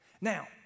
Now